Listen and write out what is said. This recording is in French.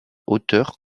auteur